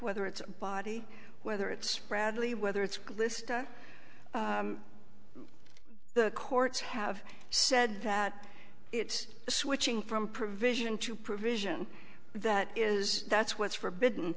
whether it's body whether it's bradley whether it's list the courts have said that it's switching from provision to provision that is that's what's forbidden